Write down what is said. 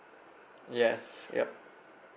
yes yup